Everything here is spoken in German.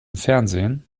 fernsehen